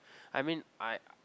I mean I